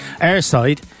Airside